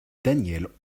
danièle